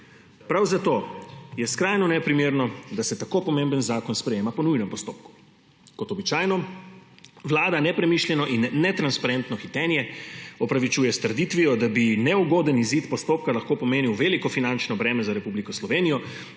Prav zato je skrajno neprimerno, da se tako pomemben zakon sprejema po nujnem postopku. Kot običajno Vlada nepremišljeno in netransparentno hitenje opravičuje s trditvijo, da bi neugoden izid postopka lahko pomenil veliko finančno breme za Republiko Slovenijo